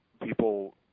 people